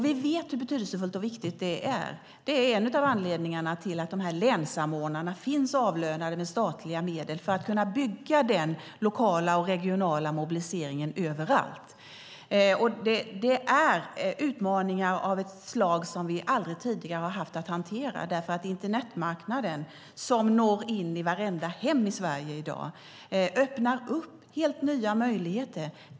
Vi vet hur betydelsefullt och viktigt det är, och det är en av anledningarna till att länssamordnarna finns och är avlönade med statliga medel. De ska kunna bygga den regionala och lokala mobiliseringen överallt. Det handlar om utmaningar av ett slag som vi aldrig tidigare har haft att hantera eftersom internetmarknaden som når in i vartenda hem i dag öppnar helt nya möjligheter.